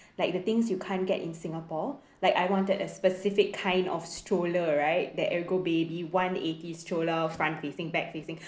like the things you can't get in singapore like I wanted a specific kind of stroller right that ergo baby one eighty stroller front facing back facing